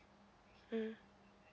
mm